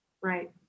Right